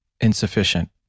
insufficient